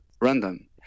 random